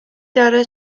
داره